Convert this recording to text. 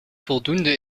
voldoende